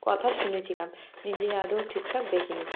কথা শুনেছিলাম নিজে আদৌ ঠিকঠাক দেখিনি